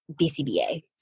BCBA